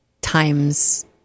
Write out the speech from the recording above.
times